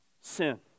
sin